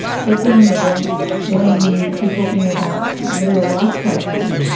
so fill in the blanks. when, if you are talking about real-life cases,